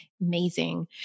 Amazing